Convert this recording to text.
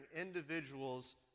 individuals